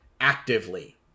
actively